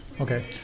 Okay